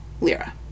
lira